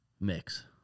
mix